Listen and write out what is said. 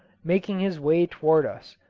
making his way towards us,